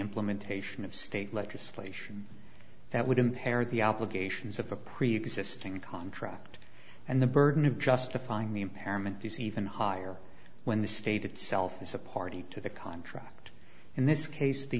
implementation of state legislation that would impair the obligations of a preexisting contract and the burden of justifying the impairment is even higher when the state itself is a party to the contract in this case the